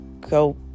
go